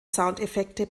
soundeffekte